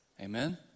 Amen